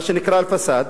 מה שנקרא "אל-פסאד",